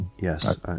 yes